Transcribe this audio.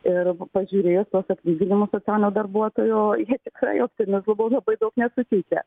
ir pažiūrėjus tuos atlyginimus socialinio darbuotojo jie tikrai optimizmo labai daug nesuteikia